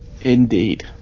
Indeed